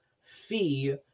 fee